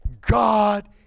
God